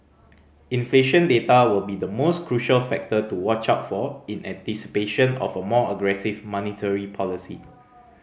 inflation data will be the most crucial factor to watch out for in anticipation of a more aggressive monetary policy